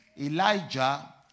Elijah